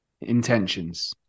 intentions